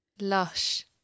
lush